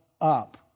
up